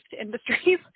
industries